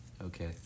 Okay